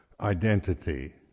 identity